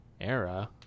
era